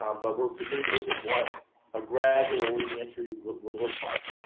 um but we're beginning to look at what a gradual reentry would would look like,